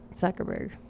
Zuckerberg